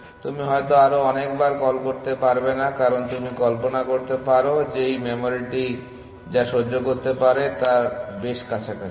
তুমি হয়তো আরও অনেক বার বার কল করতে পারবে না কারণ তুমি কল্পনা করতে পারো যে এই মেমরিটি যা সহ্য করতে পারে তার বেশ কাছাকাছি